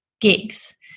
gigs